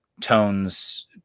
tones